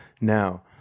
Now